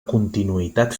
continuïtat